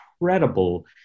incredible